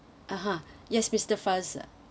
(uh huh) yes mister faisal